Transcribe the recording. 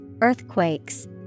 earthquakes